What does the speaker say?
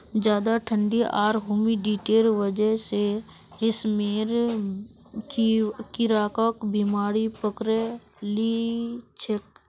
ज्यादा ठंडी आर ह्यूमिडिटीर वजह स रेशमेर कीड़ाक बीमारी पकड़े लिछेक